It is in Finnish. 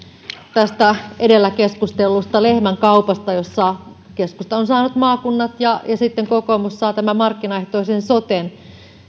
tästä edellä keskustellusta lehmänkaupasta jossa keskusta on saanut maakunnat ja sitten kokoomus saa tämän markkinaehtoisen soten